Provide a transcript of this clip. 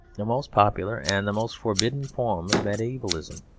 the most popular and the most forbidden form of mediaevalism.